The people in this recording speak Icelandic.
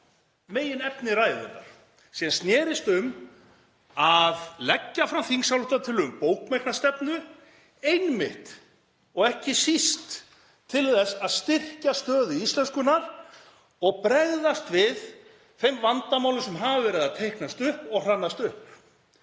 meginefni ræðunnar sem snerist um að leggja fram þingsályktunartillögu um bókmenntastefnu einmitt og ekki síst til að styrkja stöðu íslenskunnar og bregðast við þeim vandamálum sem hafa verið að teiknast upp og hrannast upp.